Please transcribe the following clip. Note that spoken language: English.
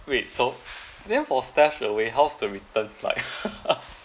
wait so then for StashAway how's the return like